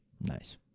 nice